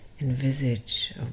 Envisage